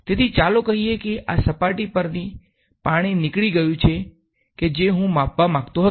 તેથી ચાલો કહીએ આ સપાટી પરથી પાણી નીકળી ગયું છે કે જો હું માપવા માંગતો હતો